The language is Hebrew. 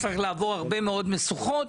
זרוע העבודה.